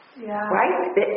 Right